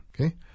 Okay